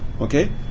okay